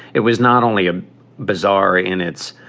it was not only a bizarre in it's